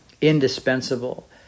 indispensable